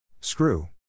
Screw